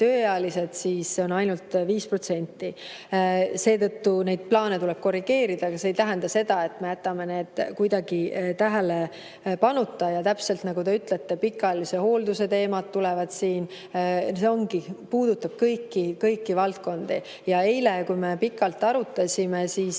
see on ainult 5%. Seetõttu neid plaane tuleb korrigeerida, aga see ei tähenda seda, et me jätame nad kuidagi tähelepanuta. Täpselt nagu te ütlete, siin tulevad pikaajalise hoolduse teemad. See puudutab kõiki valdkondi. Ja eile, kui me pikalt arutasime, siis